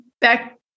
back